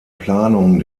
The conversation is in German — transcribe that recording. planung